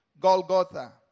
Golgotha